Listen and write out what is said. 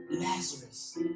Lazarus